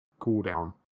cooldown